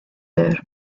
there